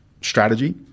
strategy